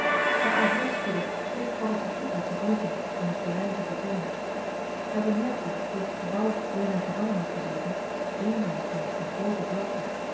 maar al heel spoedig keek paddeltje goed uit zijn oogen om het terrein te verkennen hij bemerkte dat het gebouw waarin hij gevangen had gezeten eenzaam stond op een groote vlakte